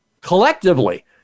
collectively